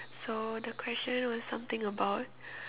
so the question was something about